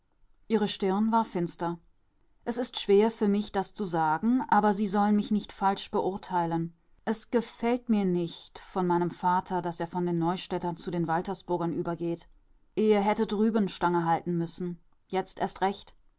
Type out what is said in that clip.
ihre stirn war finster es ist schwer für mich das zu sagen aber sie sollen mich nicht falsch beurteilen es gefällt mir nicht von meinem vater daß er von den neustädtern zu den waltersburgern übergeht er hätte drüben stange halten müssen jetzt erst recht